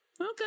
Okay